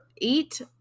eight